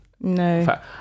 No